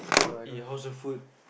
eh how's your food